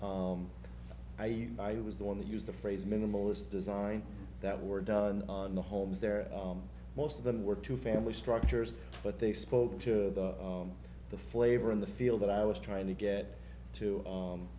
i was the one that used the phrase minimalist design that were done in the homes there most of them were to family structures but they spoke to the flavor in the field that i was trying to get to